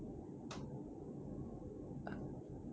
ah